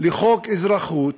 לחוק אזרחות